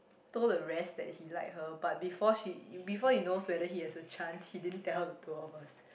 told the rest that he like her but before she before he knows whether he has a chance he didn't tell the two of us